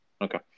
Okay